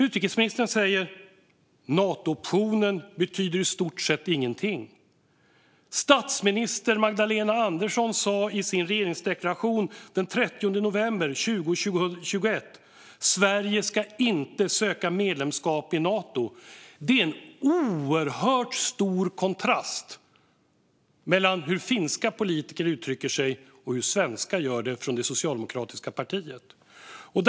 Utrikesministern säger att Nato-optionen i stort sett inte betyder någonting, och statsminister Magdalena Andersson sa i sin regeringsdeklaration den 30 november 2021 att Sverige inte ska söka medlemskap i Nato. Det är en oerhört stor kontrast mellan hur finländska politiker uttrycker sig och hur svenska politiker från det socialdemokratiska partiet gör det.